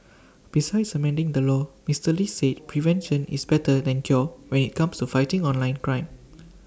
besides amending the law Mister lee said prevention is better than cure when IT comes to fighting online crime